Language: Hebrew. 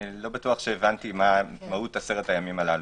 אני לא בטוח שהבנתי מה מהות עשרת הימים הללו.